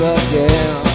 again